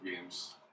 games